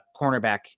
cornerback